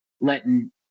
letting